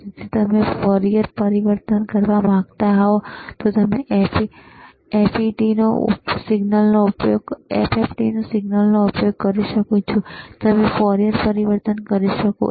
તેથી જો તમે ફોરિયર પરિવર્તન કરવા માંગતા હો તો તમે એફએફટી સિગ્નલનો ઉપયોગ કરી શકો છો અને તમે ફોરિયર પરિવર્તન કરી શકો છો